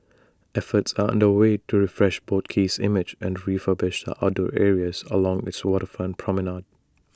efforts are under way to refresh boat Quay's image and refurbish the outdoor areas along its waterfront promenade